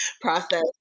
process